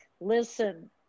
listen